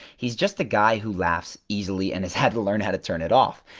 he's just the guy who laughs easily and he's had to learn how to turn it off.